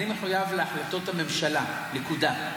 אני מחויב להחלטות הממשלה, נקודה.